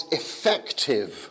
effective